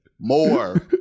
More